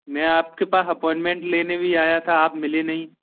मैं आपके पास अपॉइंटमेंट लेने भी आया था आप मिले नहीं